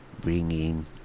bringing